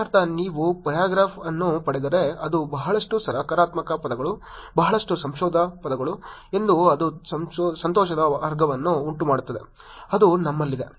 ಇದರರ್ಥ ನೀವು ಪ್ಯಾರಾಗ್ರಾಫ್ ಅನ್ನು ಪಡೆದರೆ ಅದು ಬಹಳಷ್ಟು ಸಕಾರಾತ್ಮಕ ಪದಗಳು ಬಹಳಷ್ಟು ಸಂತೋಷದ ಪದಗಳು ಎಂದು ಅದು ಸಂತೋಷದ ವರ್ಗವನ್ನು ಉಂಟುಮಾಡುತ್ತದೆ ಅದು ನಮ್ಮಲ್ಲಿದೆ